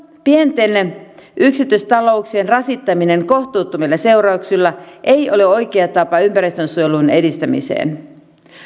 pienten yksityista louksien rasittaminen kohtuuttomilla seurauksilla ei ole oikea tapa ympäristönsuojelun edistämiseen